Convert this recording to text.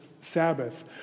Sabbath